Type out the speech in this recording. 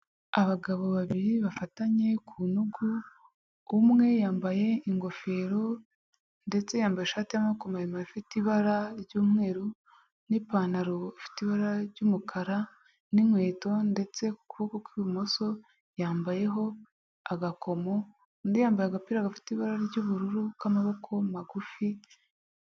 Abagabo babiri bafatanye ku ntugu, umwe yambaye ingofero ndetse yambaye ishati y'amaboko maremare ifite ibara ry'umweru n'ipantaro ifite ibara ry'umukara n'inkweto ndetse ku kuboko kw'ibumoso yambayeho agakomo, undi yambaye agapira gafite ibara ry'ubururu k'amaboko magufi.